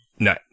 No